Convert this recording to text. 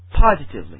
positively